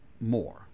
more